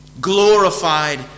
glorified